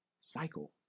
cycle